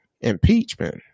impeachment